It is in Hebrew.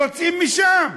יוצאים משם.